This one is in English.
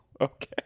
Okay